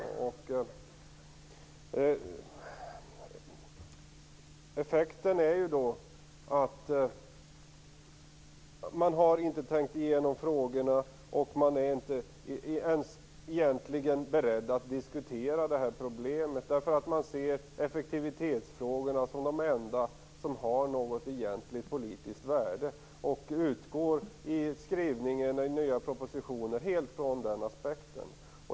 Man har inte tänkt igenom frågorna, och man är inte ens beredd att diskutera det här problemet, eftersom man ser effektivitetsfrågorna som de enda som egentligen har något politiskt värde. Skrivningarna i den nya propositionen utgår helt från den aspekten.